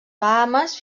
bahames